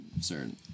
certain